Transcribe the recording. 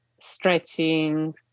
stretching